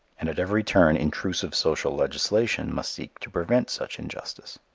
and at every turn intrusive social legislation must seek to prevent such injustice.